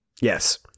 Yes